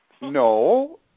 no